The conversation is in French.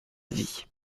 avis